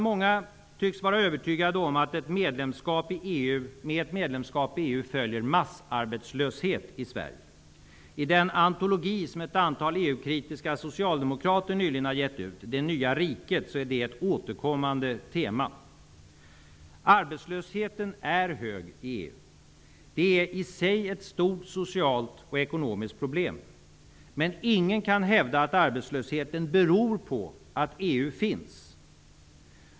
Många tycks vara övertygade om att med ett medlemskap i EU följer massarbetslöshet i Sverige. I den antologi som ett antal EU-kritiska socialdemokrater nyligen har gett ut -- Det nya riket -- är det ett återkommande tema. Arbetslösheten är hög i EU. Det är i sig ett stort socialt och ekonomiskt problem, men ingen kan hävda att arbetslösheten beror på att EU finns.